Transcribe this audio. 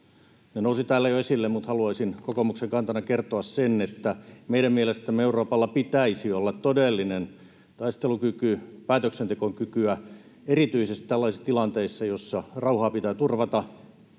Ne nousivat täällä jo esille, mutta haluaisin kokoomuksen kantana kertoa sen, että meidän mielestämme Euroopalla pitäisi olla todellinen taistelukyky, päätöksentekokykyä erityisesti tällaisissa tilanteissa, joissa rauhaa pitää turvata